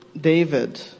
David